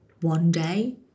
one-day